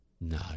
No